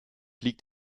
liegt